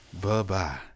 bye-bye